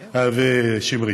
אה, ושמרית,